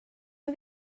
nhw